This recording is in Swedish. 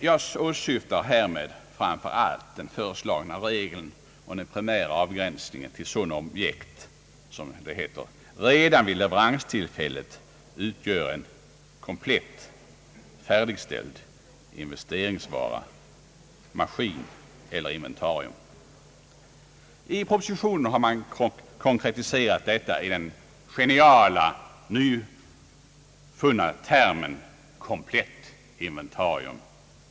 Jag åsyftar härmed framför allt den föreslagna regeln om den primära avgränsningen till sådana objekt som redan vid leveranstillfället utgör en komplett, färdigställd investeringsvara, maskin eller annat inventarium. I propositionen har man konkretiserat detta i den geniala, nyfunna termen »komplett inventarium».